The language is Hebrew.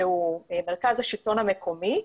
שהוא מרכז השלטון המקומי,